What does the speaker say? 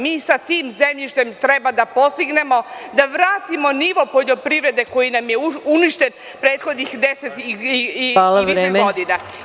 Mi sa tim zemljištem treba da postignemo, da vratimo nivo poljoprivrede koji nam je uništen prethodnih deset i više godina.